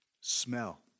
smell